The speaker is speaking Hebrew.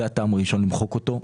זה הטעם הראשון למחוק אותו.